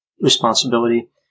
responsibility